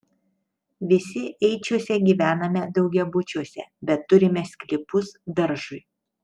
visi eičiuose gyvename daugiabučiuose bet turime sklypus daržui